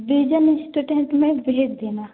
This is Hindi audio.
डिजन एसटेटेंट में भेज देना